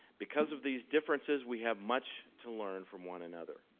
because of these differences, we have much to learn from one another.